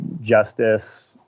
justice